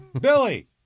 Billy